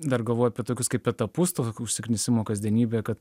dar galvoju apie tokius kaip etapus to užsiknisimo kasdienybė kad